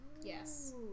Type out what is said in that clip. Yes